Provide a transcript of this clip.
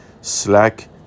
Slack